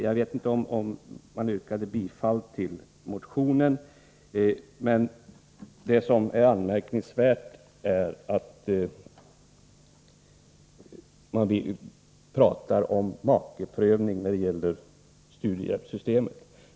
Jag vet inte om Kenth Skårvik yrkade bifall till motionen, men det intressanta är att man talar om makeprövning i samband med studiehjälpssystemet.